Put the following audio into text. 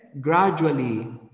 gradually